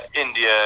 India